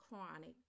chronic